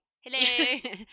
hello